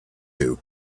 two